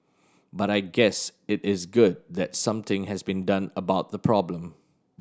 but I guess it is good that something has been done about the problem